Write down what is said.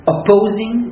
Opposing